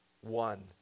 one